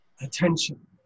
attention